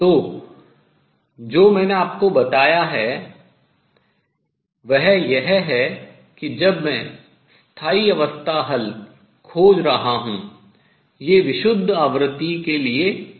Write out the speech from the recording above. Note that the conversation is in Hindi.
तो जो मैंने आपको बताया है वह यह है कि जब मैं स्थायी अवस्था हल खोज रहा हूँ ये विशुद्ध आवृत्ति के लिए नहीं हैं